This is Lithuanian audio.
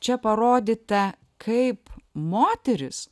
čia parodyta kaip moteris